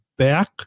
Back